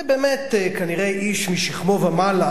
זה באמת כנראה איש משכמו ומעלה,